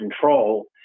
Control